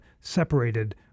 separated